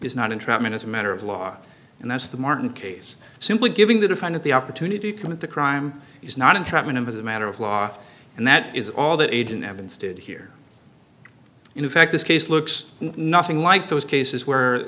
is not entrapment as a matter of law and that's the martin case simply giving the defined of the opportunity to commit the crime is not entrapment as a matter of law and that is all that agent evans did here in fact this case looks nothing like those cases where